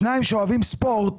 שניים שאוהבים ספורט